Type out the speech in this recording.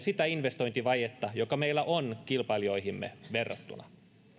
sitä investointivajetta joka meillä on kilpailijoihimme verrattuna